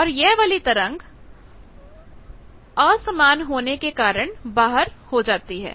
और यह वाली तरंग और और असमान होने के कारण बाहर हो जाती है